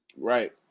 Right